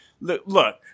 Look